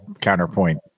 counterpoint